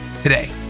today